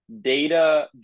data